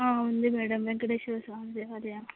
ఆ ఉంది మ్యాడమ్ వేంకటేశ్వరస్వామి దేవాలయము